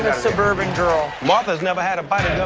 ah suburban girl martha's never had a bite of